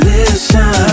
Listen